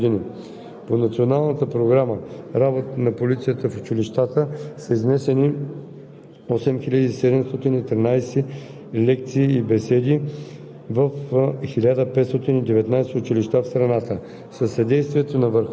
163 „Детски полицейски управления“, в които се обучават 3699 деца на възраст от 8 до 12 години. По Националната програма „Работа на полицията в училищата“ са изнесени